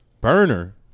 Burner